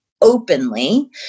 openly